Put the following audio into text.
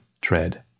tread